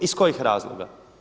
Iz kojih razloga?